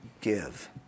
give